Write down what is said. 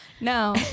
No